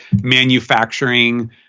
manufacturing